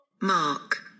Mark